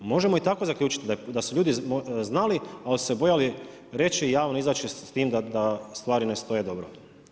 Možemo i tako zaključiti, možda su ljudi i znali, ali su se bojali, reći, javno izaći s tim, da stvari ne stoje dobro.